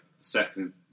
second